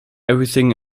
everything